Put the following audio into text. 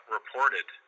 reported